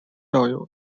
校友